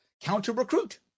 counter-recruit